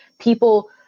People